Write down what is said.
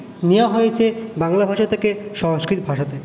নেওয়া হয়েছে বাংলা ভাষা থেকে সংস্কৃত ভাষাতে